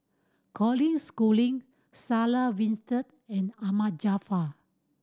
Colin Schooling Sarah Winstedt and Ahmad Jaafar